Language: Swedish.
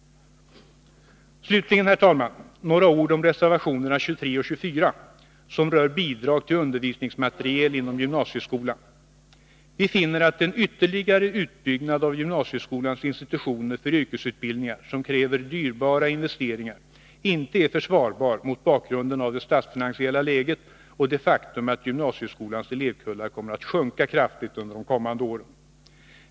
Slutligen, herr talman, några ord om reservationerna 23 och 24, som rör bidrag till undervisningsmateriel inom gymnasieskolan. Vi finner att en ytterligare utbyggnad av gymnasieskolans institutioner för yrkesutbildningar, som kräver dyrbara investeringar, inte är försvarbar mot bakgrund av det statsfinansiella läget och det faktum att gymnasieskolans elevkullar kommer att sjunka kraftigt under de kommande åren.